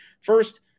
First